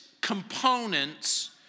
components